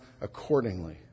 accordingly